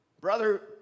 brother